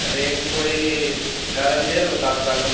range कोई जादै निं चाहिदा कोई दस तक